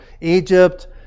Egypt